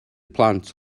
plant